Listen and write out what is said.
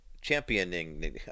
championing